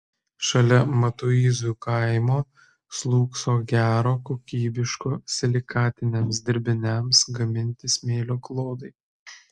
šalia matuizų kaimo slūgso gero kokybiško silikatiniams dirbiniams gaminti smėlio klodai